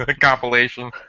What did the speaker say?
compilation